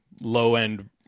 low-end